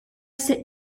sit